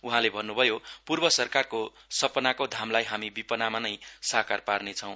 उहाँले भन्नुभयो पूर्व सरकारको सपनाको धामलाई हामी विपनामा नै साकार पार्ने छौं